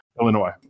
Illinois